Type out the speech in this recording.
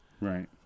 Right